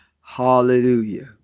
Hallelujah